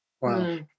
Wow